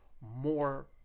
more